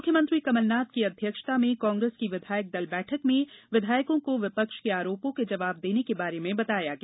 मुख्यमंत्री कमलनाथ की अध्यक्षता में कांग्रेस की विधायक दल बैठक में विधायकों को विपक्ष के आरोपों के जवाब देने के बारे में बताया गया